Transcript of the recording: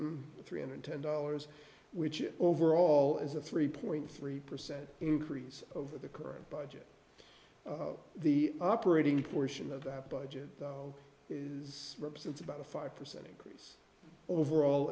three hundred ten dollars which it overall is a three point three percent increase over the current budget the operating portion of that budget is represents about a five percent increase overall